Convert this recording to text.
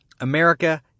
America